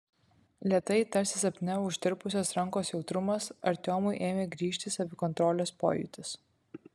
lėtai tarsi sapne užtirpusios rankos jautrumas artiomui ėmė grįžti savikontrolės pojūtis